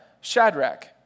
Shadrach